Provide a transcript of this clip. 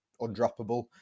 undroppable